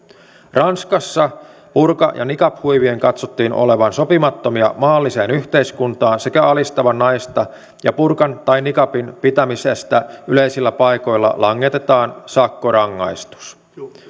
ranskassa burka ja niqab huivien katsottiin olevan sopimattomia maalliseen yhteiskuntaan sekä alistavan naista ja burkan tai niqabin pitämisestä yleisillä paikoilla langetaan sakkorangaistus